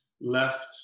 left